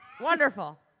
Wonderful